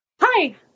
Hi